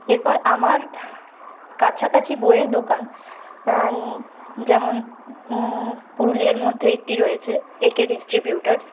এরপর আমার কাছাকাছি বইয়ের দোকান যেমন পুরুলিয়ার মধ্যে একটি রয়েছে এ কে ডিস্ট্রিবিউটরস